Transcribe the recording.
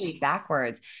backwards